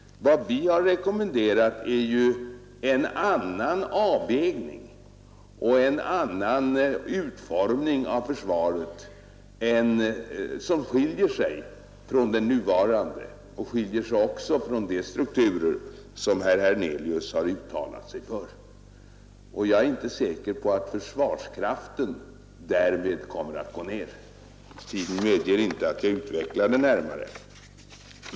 Vad vi har rekommenderat är ju en avvägning och en utformning av försvaret, som skiljer sig från vad som nu gäller liksom också från de strukturer som här herr Hernelius har uttalat sig för. Jag är inte säker på att försvarskraften därmed kommer att gå ned. Tiden medger inte att jag utvecklar detta närmare.